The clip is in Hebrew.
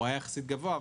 הוא היה יחסית גבוה,